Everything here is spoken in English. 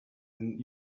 and